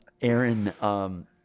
Aaron